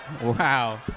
Wow